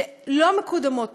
שלא מקודמות תוכניות.